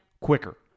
quicker